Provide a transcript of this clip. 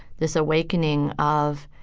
this awakening of,